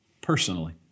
Personally